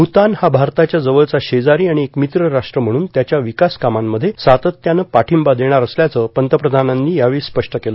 भूतान हा भारताच्या जवळचा शेजारी आणि एक मित्र राष्ट्र म्हणून त्यांच्या विकासकामांमध्ये सातत्यानं पाठिंबा देणार असल्याचं पंतप्रधानांनी यावेळी स्पष्ट केलं